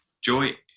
joy